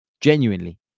Genuinely